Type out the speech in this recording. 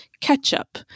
ketchup